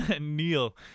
Neil